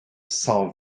cent